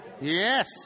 Yes